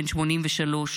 בן 83,